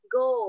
go